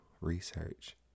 research